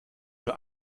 nur